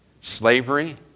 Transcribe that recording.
slavery